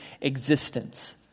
existence